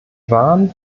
waren